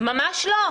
ממש לא.